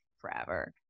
forever